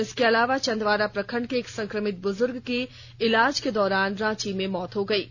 इसके अलावा चंदवारा प्रखंड के एक संक्रमित बुजुर्ग की इलाज के दौरान रांची में मौत हो गई है